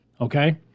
okay